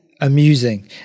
amusing